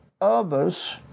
others